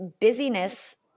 Busyness